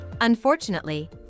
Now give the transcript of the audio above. Unfortunately